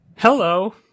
Hello